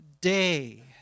day